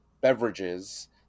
beverages